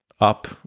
up